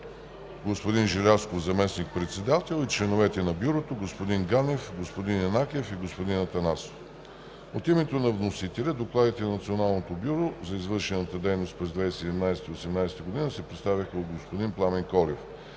господин Желязков – заместник-председател, и членовете на Бюрото господин Ганев, господин Янакиев и господин Атанасов. От името на вносителя докладите на Националното бюро за извършената дейност през 2017 г. и 2018 г. се представиха от господин Пламен Колев.